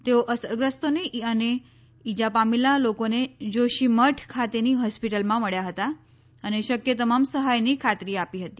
તેઓ અસરગ્રસ્તોને અને ઇજા પામેલા લોકોને જોશીમઠ ખાતેની હોસ્પિટલમાં મળ્યા હતા અને શક્ય તમામ સહાયની ખાતરી આપી હતી